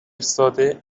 ساده